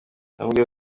yamubwiye